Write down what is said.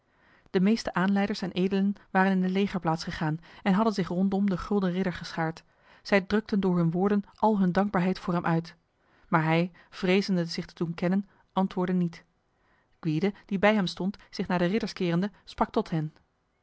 de meeste aanleiders en edelen waren in de legerplaats gegaan en hadden zich rondom de gulden ridder geschaard zij drukten door hun woorden al hun dankbaarheid voor hem uit maar hij vrezende zich te doen kennen antwoordde niet gwyde die bij hem stond zich naar de ridders kerende sprak tot hen